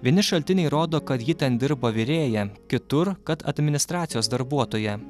vieni šaltiniai rodo kad ji ten dirbo virėja kitur kad administracijos darbuotoja